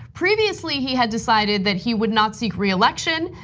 previously, he had decided that he would not seek reelection.